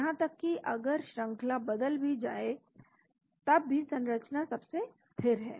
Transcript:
यहां तक कि अगर श्रंखला बदल भी जाती है तब भी संरचना सबसे स्थिर है